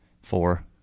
Four